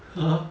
!huh!